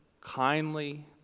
kindly